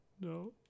No